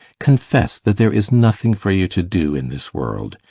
confess that there is nothing for you to do in this world.